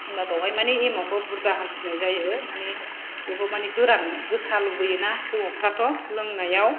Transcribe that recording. होनबा बावहाय मानि एमावखौ बुरजा होसिननाय जायो मानि बेखौ मानि गोरान गोसा लुबैयोना हौवाफ्राथ' लोंनायाव